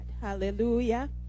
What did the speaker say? hallelujah